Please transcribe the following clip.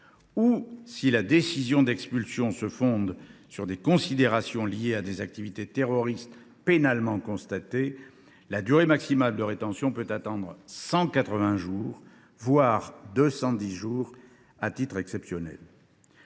ou si la décision d’expulsion est fondée sur des considérations liées à des activités terroristes pénalement constatées, la durée maximale de rétention peut atteindre 180 jours, voire 210 jours à titre exceptionnel.